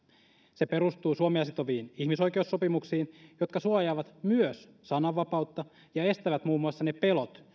se perustuu suomea sitoviin ihmisoikeussopimuksiin jotka suojaavat myös sananvapautta ja estävät muun muassa ne pelot